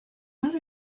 not